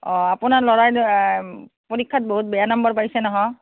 অঁ আপোনাৰ ল'ৰাই পৰীক্ষাত বহুত বেয়া নম্বৰ পাইছে নহয়